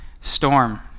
storm